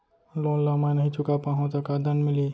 Loan ला मैं नही चुका पाहव त का दण्ड मिलही?